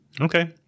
Okay